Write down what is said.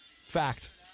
Fact